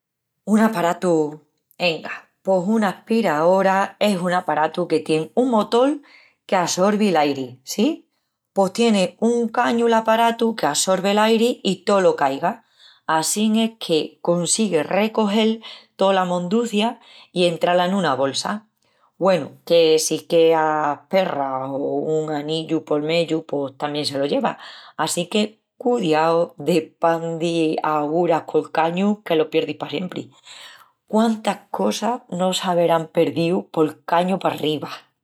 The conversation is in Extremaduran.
Un aparatu? Enga, pos una aspiraora es un aparatu que tien un motol que assorvi l'airi, sí? Pos tieni un cañu l'aparatu que assorvi l'airi i tolo qu'aiga. Assín es que consigui recogel tola monducia i entrá-la en una bolsa. Güenu, que si queas perras o un anillu pol meyu pos tamién se lo lleva, assinque cudiau de pandi aguras col cañu que lo pierdis pa siempri. Quántas cosas no s'averán perdíu pol cañu parriba.